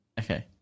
Okay